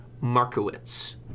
Markowitz